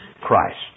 Christ